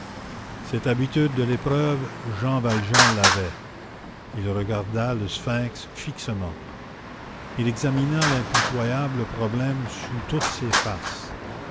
cette habitude de l'épreuve jean valjean l'avait il regarda le sphinx fixement il examina l'impitoyable problème sous toutes ses faces